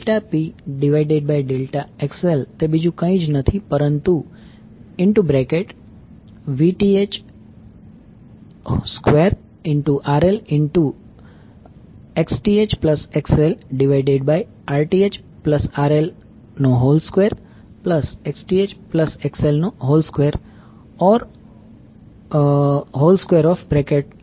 ∆P ∆ XL તે બીજું કઈ નથી પરંતુ 2 RL Xth XL Rth RL2 Xth XL22 છે